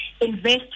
invest